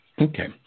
Okay